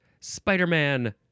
Spider-Man